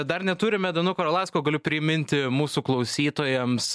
dar neturime danuko arlausko galiu priminti mūsų klausytojams